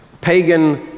pagan